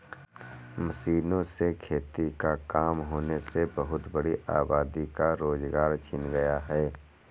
मशीनों से खेती का काम होने से बहुत बड़ी आबादी का रोजगार छिन गया है